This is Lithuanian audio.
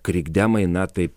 krikdemai na taip